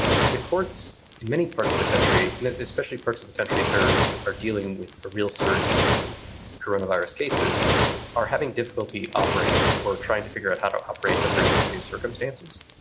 the courts in many parts of the country and especially parts of the country that are dealing with a real surge in coronavirus cases are having difficulty operating or trying to figure out how to operate under these new circumstances,